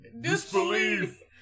Disbelief